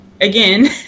again